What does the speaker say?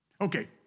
Okay